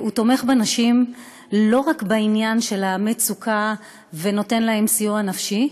הוא תומך בנשים לא רק בעניין של המצוקה ונותן להן סיוע נפשי,